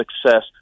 success